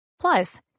Plus